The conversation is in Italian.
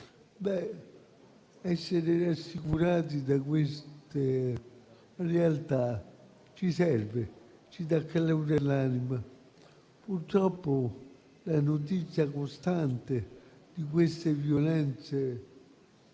essere rassicurati da queste realtà ci serve, ci dà calore all'anima. Purtroppo, la notizia costante di queste violenze